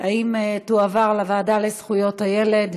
האם תועבר לוועדה לזכויות הילד.